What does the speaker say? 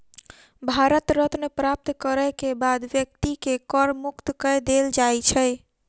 भारत रत्न प्राप्त करय के बाद व्यक्ति के कर मुक्त कय देल जाइ छै